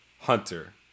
Hunter